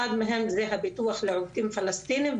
אחד מהם זה הביטוח לעובדים פלסטינים,